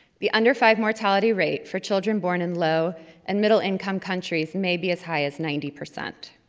the under five mortality rate for children born in low and middle income countries may be as high as ninety percent.